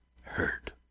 heard